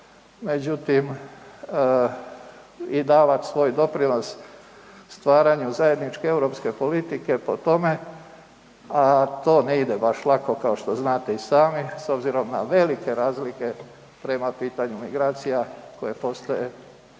međutim i davat svoj doprinos stvaranju zajedničke europske politike po tome a to ne ide baš lako kao što znate i sami s obzirom na velike razlike prema pitanju migracija koje postoje